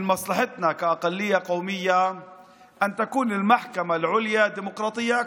לטובתנו כמיעוט אזרחי שבית המשפט העליון יהיה דמוקרטי יותר.